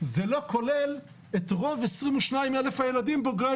זה לא כולל את רוב 22,000 הילדים בוגרי